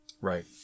right